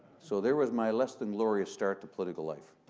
so, there was my less than glorious start to political life.